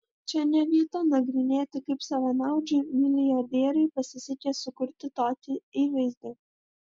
čia ne vieta nagrinėti kaip savanaudžiui milijardieriui pasisekė sukurti tokį įvaizdį